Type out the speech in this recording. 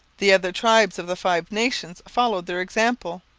the other tribes of the five nations followed their example.